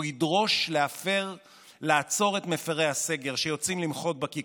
והוא ידרוש לעצור את מפירי הסגר שיוצאים למחות בכיכרות.